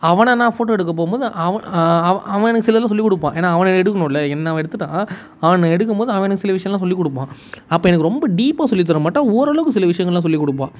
அவனை நான் ஃபோட்டோ எடுக்க போகும்போது அவன் அவன் அவன் எனக்கு சிலதுலாம் சொல்லிக் கொடுப்பான் ஏன்னா அவனை நான் எடுக்கணும்ல என்ன அவன் எடுத்துட்டான் அவனை எடுக்கும்போது அவன் எனக்கு சில விஷயம்லாம் சொல்லிக் கொடுப்பான் அப்போ எனக்கு ரொம்ப டீப்பாக சொல்லித் தர மாட்டான் ஓரளவுக்கு சில விஷயங்கள்லாம் சொல்லிக் கொடுப்பான்